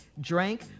drank